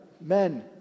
men